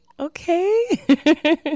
Okay